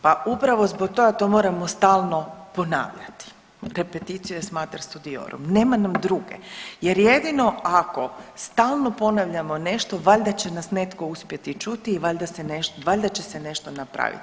Pa upravo zbog toga to moramo stalno ponavljati repetitio est mater studiorum, nema nam druge jer jedino ako stalno ponavljamo nešto valjda će nas netko uspjeti čuti i valjda će se nešto napravit.